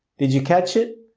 did you catch it?